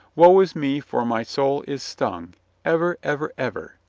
woe is me, for my soul is stung ever! ever! ever!